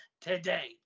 today